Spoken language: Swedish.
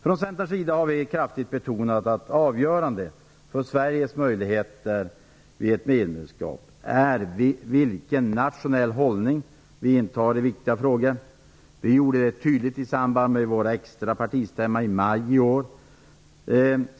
Från Centern har vi kraftigt betonat att avgörande för Sveriges möjligheter vid ett medlemskap är vilken nationell hållning vi i Sverige intar i viktiga frågor. Det gjorde vi tydligt i samband med vår extra partistämma i maj i år.